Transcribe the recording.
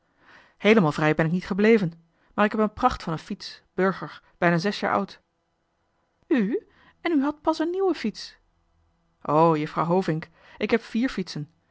heelemaal vrij ben ik niet gebleven maar ik heb een pracht van een fiets burger bijna zes jaar oud grand prix in een oud roest uitstalling u en u hadt pas een nieuwe fiets o juffrouw hovink ik heb vier fietsen